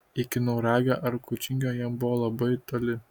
iki nauragio ar kučingio jam buvo labai toli